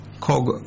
cog